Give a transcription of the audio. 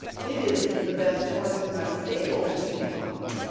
it is the best horse in my stable that you want!